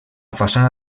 façana